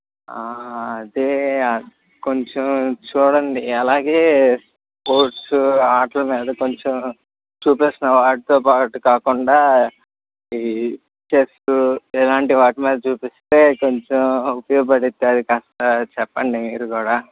అదే కొంచెం చూడండి అలాగే స్పోర్ట్స్ ఆటల మీద కొంచెం చూపిస్తున్నాడు వాటితో పాటు కాకుండా ఈ చెస్ ఇలాంటి వాటి మీద చూపిస్తే కొంచెం ఉపయోగపడుద్ది అది కాస్త చెప్పండి మీరు కూడా